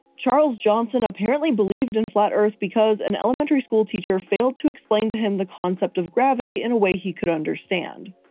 charles johnson apparently believed in flat earth because an elementary school teacher failed to explain to him the concept of gravity in a way he could understand.